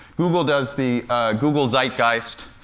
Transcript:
google does the google zeitgeist,